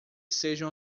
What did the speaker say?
sejam